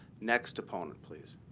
next opponent, please.